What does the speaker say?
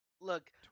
Look